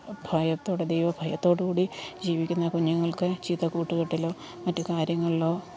ഭയത്തോടെ ദൈവഭയത്തോടുകൂടി ജീവിക്കുന്ന കുഞ്ഞുങ്ങൾക്ക് ചീത്ത കൂട്ടുകെട്ടിലോ മറ്റുകാര്യങ്ങളിലോ